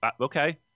Okay